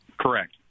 Correct